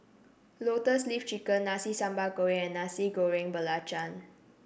Lotus Leaf Chicken Nasi Sambal Goreng and Nasi Goreng Belacan